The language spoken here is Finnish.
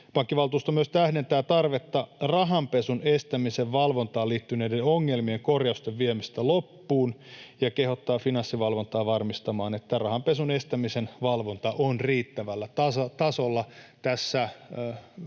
Pankkivaltuusto myös tähdentää tarvetta rahanpesun estämisen valvontaan liittyneiden ongelmien korjausten viemiseen loppuun ja kehottaa Finanssivalvontaa varmistamaan, että rahanpesun estämisen valvonta on riittävällä tasolla. Tässä